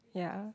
ya